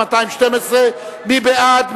2012, מי בעד?